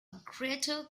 greater